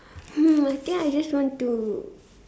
mm I think I just want to